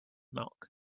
milk